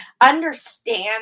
understand